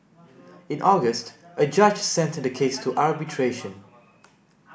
in August a judge sent the case to arbitration